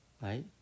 right